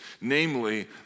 namely